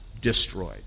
destroyed